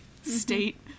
state